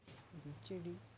B J D